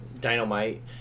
dynamite